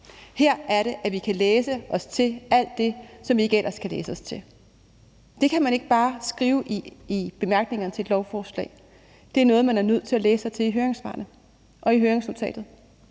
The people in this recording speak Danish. Det er her, vi kan læse os til alt det, som vi ikke ellers kan læse os til. Det kan man ikke bare skrive i bemærkningerne til et lovforslag. Det er noget, man er nødt til at læse sig til i høringssvarene og i høringsnotatet,